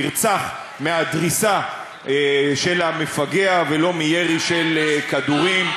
נרצח מהדריסה של המפגע ולא מירי של כדורים.